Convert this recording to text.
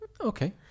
Okay